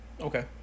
okay